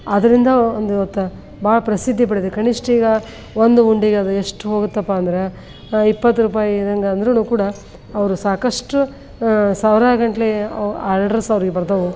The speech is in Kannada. ಅದರಿಂದ ಒಂದು ತ ಭಾಳ ಪ್ರಸಿದ್ಧಿ ಪಡೆದಿದೆ ಕನಿಷ್ಟ ಈಗ ಒಂದು ಉಂಡಿಗಾದರೆ ಎಷ್ಟು ಹೋಗುತ್ತಪ್ಪ ಅಂದ್ರೆ ಇಪ್ಪತ್ತು ರೂಪಾಯಿ ಇದೆ ಅಂದ್ರೂ ಕೂಡ ಅವರು ಸಾಕಷ್ಟು ಸಾವಿರಾರು ಗಂಟಲೆ ಅವು ಆರ್ಡರ್ಸ್ ಅವ್ರಿಗೆ ಬರ್ತವೆ